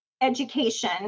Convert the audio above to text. education